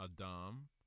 Adam